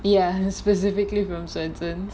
the uh specifically from Swensens